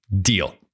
deal